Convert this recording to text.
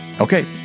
Okay